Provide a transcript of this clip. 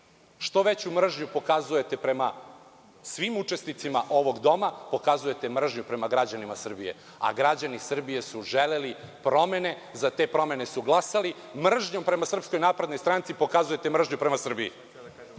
Što veću mržnju pokazujete prema svim učesnicima ovog doma, pokazujete mržnju prema građanima Srbije, a građani Srbije su želeli promene. Za te promene su glasali. Mržnjom prema SNS pokazujete mržnju prema Srbiji.